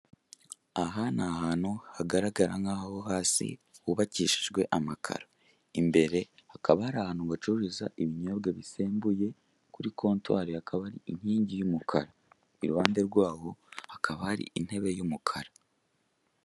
Aha ni ahantu hagaragara nk'aho hasi hubakishijwe amakaro; imbere hakaba hari ahantu bacururiza ibinyobwa bisembuye, kuri kontwari hakaba hari inkingi y'umukara, iruhande rw'aho hakaba hari intebe y'umukara.